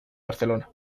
barcelona